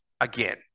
Again